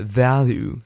value